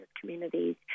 communities